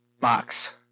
box